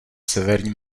severní